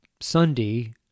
Sunday